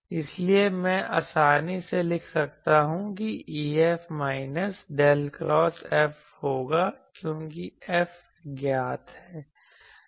इसलिए मैं आसानी से लिख सकता हूं कि EF minus del cross F होगा क्योंकि F ज्ञात है